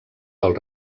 del